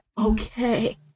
okay